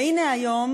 והנה היום,